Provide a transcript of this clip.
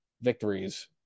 victories